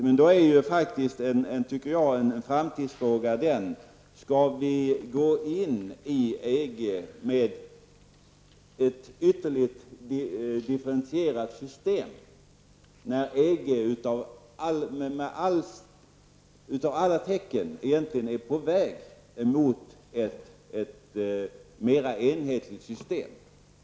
Men frågan inför framtiden är: Skall vi gå in i EG med ett ytterligt differentierat system när alla tecken tyder på att EG egentligen är på väg mot ett mer enhetligt system?